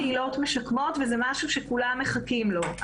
זה נקרא פרויקט קהילות משקמות וזה משהו שכולם מחכים לו.